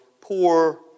poor